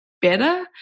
Better